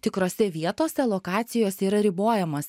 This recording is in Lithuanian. tikrose vietose lokacijose yra ribojamas